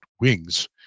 wings